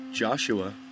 Joshua